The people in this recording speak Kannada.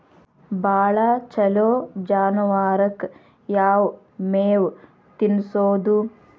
ಭಾಳ ಛಲೋ ಜಾನುವಾರಕ್ ಯಾವ್ ಮೇವ್ ತಿನ್ನಸೋದು?